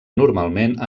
normalment